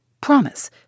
promise